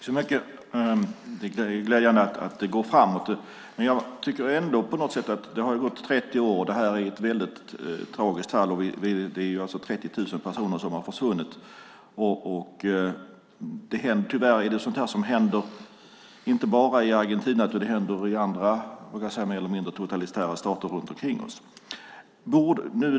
Herr talman! Jag tycker att det är glädjande att det går framåt. Det har ändå gått 30 år. Det här är ett väldigt tragiskt fall, och det är alltså 30 000 personer som har försvunnit. Tyvärr är det här sådant som händer inte bara i Argentina utan även i andra mer eller mindre totalitära stater runt omkring oss.